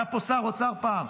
היה פה שר אוצר פעם,